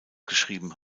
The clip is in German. geschrieben